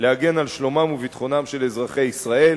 להגן על שלומם וביטחונם של אזרחי ישראל,